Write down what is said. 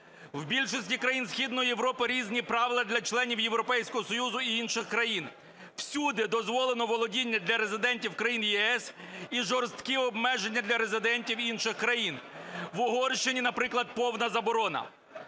В більшості країн Східної Європи різні правила для членів Європейського Союзу і інших країн. Всюди дозволено володіння для резидентів країн ЄС і жорсткі обмеження для резидентів інших країн. В Угорщині, наприклад, повна заборона.